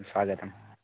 स्वागतं